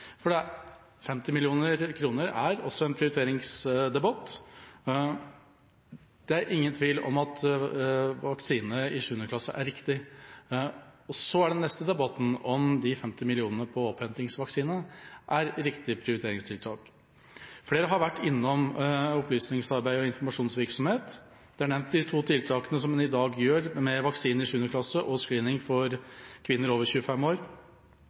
50 mill. kr er også en prioritering. Det er ingen tvil om at vaksine i 7. klasse er riktig. Så er den neste debatten om de 50 mill. kr på innhentingsvaksine er et riktig prioriteringstiltak. Flere har vært innom opplysningsarbeid og informasjonsvirksomhet. Det er nevnt de to tiltakene som en i dag har med vaksine i 7. klasse og screening for kvinner over 25 år,